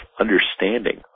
understanding